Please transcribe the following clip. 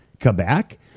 Quebec